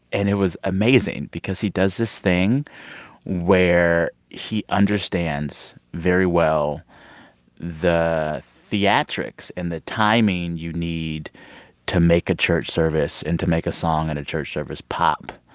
and it was amazing because he does this thing where he understands very well the theatrics and the timing you need to make a church service and to make a song at and a church service pop.